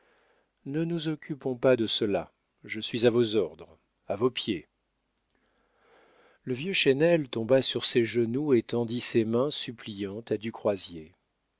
ne nous occupons pas de cela je suis à vos ordres à vos pieds le vieux chesnel tomba sur ses genoux et tendit ses mains suppliantes à du croisier